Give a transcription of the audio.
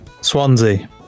Swansea